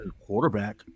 quarterback